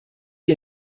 die